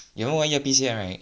you not wearing ear piece yet right